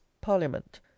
parliament